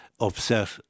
Upset